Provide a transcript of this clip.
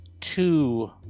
two